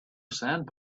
sand